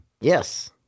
Yes